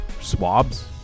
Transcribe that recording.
swabs